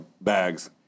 bags